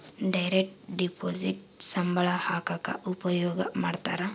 direct deposit ಸಂಬಳ ಹಾಕಕ ಉಪಯೋಗ ಮಾಡ್ತಾರ